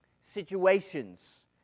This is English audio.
Situations